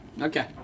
Okay